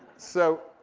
so,